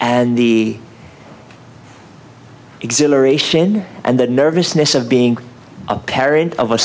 the exhilaration and the nervousness of being a parent of a